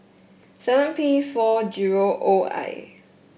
seven P four zero O I